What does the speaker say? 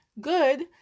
good